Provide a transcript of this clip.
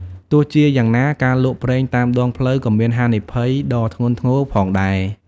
ទោះជាយ៉ាងណា ការលក់ប្រេងតាមដងផ្លូវក៏មានហានិភ័យដ៏ធ្ងន់ធ្ងរផងដែរ។